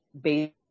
based